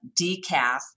decaf